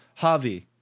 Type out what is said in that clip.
Javi